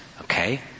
Okay